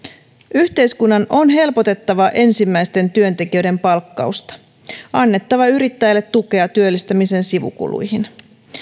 yhteiskunnan on helpotettava ensimmäisten työntekijöiden palkkausta annettava yrittäjälle tukea työllistämisen sivukuluihin